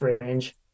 range